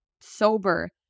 sober